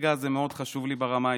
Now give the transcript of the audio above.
הרגע הזה מאוד חשוב לי ברמה האישית.